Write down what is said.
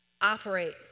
operate